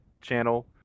channel